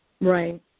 Right